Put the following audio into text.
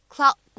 Cloud